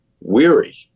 weary